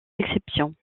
exception